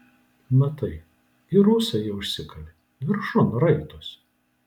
matai ir ūsai jau išsikalė viršun raitosi